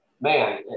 man